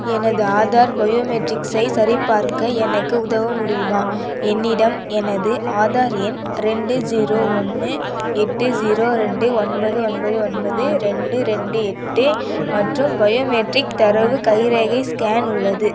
எனது ஆதார் பயோமெட்ரிக்ஸை சரிபார்க்க எனக்கு உதவ முடியுமா என்னிடம் எனது ஆதார் எண் ரெண்டு ஜீரோ ஒன்று எட்டு ஜீரோ ரெண்டு ஒன்பது ஒன்பது ஒன்பது ரெண்டு ரெண்டு எட்டு மற்றும் பயோமெட்ரிக் தரவு கைரேகை ஸ்கேன் உள்ளது